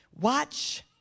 watch